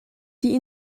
die